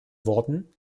worten